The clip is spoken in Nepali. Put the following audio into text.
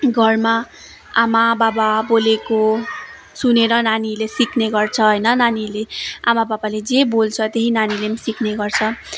घरमा आमा बाबा बोलेको सुनेर नानीले सिक्ने गर्छ होइन नानीहरूले आमा बाबाले जे बोल्छ त्यही नानीले पनि सिक्ने गर्छ